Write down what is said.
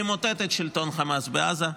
למוטט את שלטון החמאס בעזה.